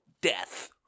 death